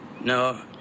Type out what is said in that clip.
No